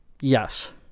Yes